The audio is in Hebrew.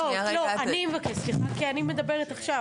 לא, אני מבקשת סליחה כי אני מדברת עכשיו.